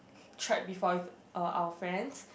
tried before with uh our friends